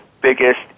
biggest